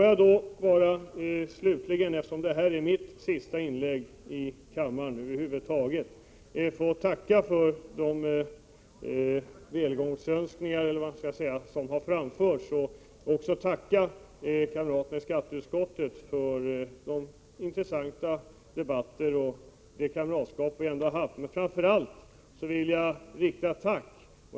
Jag vill slutligen, eftersom detta är mitt sista inlägg i kammaren över huvud taget, få tacka för de välgångsönskningar som har framförts till mig. Jag vill även tacka kamraterna i skatteutskottet för de intressanta debatter som vi har kunnat föra och det kamratskap som vi har haft.